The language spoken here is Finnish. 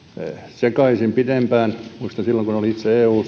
sekaisin pidempään muistan että silloin kun olin itse eussa töissä